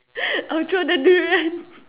I'll throw the durian